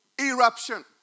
eruption